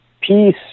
peace